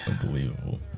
Unbelievable